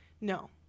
no